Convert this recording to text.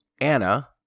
Anna